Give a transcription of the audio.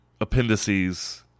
appendices